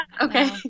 Okay